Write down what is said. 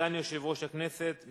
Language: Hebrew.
סגן יושב-ראש הכנסת,